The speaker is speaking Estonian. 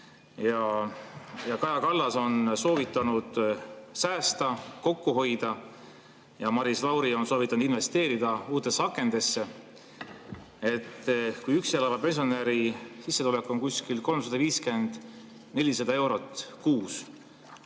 Kaja Kallas on soovitanud säästa, kokku hoida. Maris Lauri on soovitanud investeerida uutesse akendesse. Kui üksi elava pensionäri sissetulek on kuskil 350–400 eurot kuus,